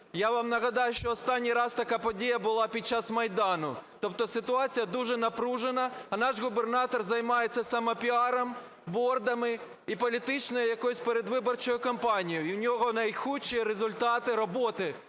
Я вам нагадаю, що останній раз така подія була під час Майдану. Тобто ситуація дуже напружена, а наш губернатор займається самопіаром, бордами і політичною якоюсь передвиборчою кампанією, і в нього найгірші результати роботи